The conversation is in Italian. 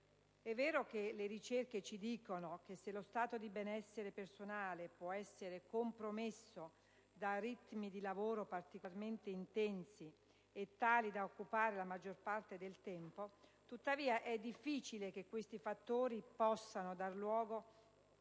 È vero che le ricerche ci dicono che se lo stato di benessere personale può essere compromesso da ritmi di lavoro particolarmente intensi e tali da occupare la maggior parte del tempo; tuttavia, è difficile che questi fattori possano dar luogo